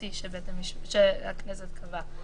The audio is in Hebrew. הבסיסי שהכנסת קבעה.